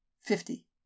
Fifty